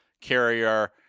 Carrier